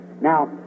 Now